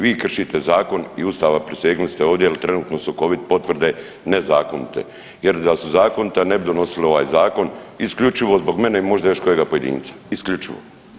Vi kršite zakon i Ustav, a prisegnuli ste ovdje jer trenutno su Covid potvrde nezakonite jer da su zakonite ne bi donosili ovaj zakon isključivo zbog mene i možda još kojega pojedinca, isključivo.